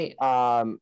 right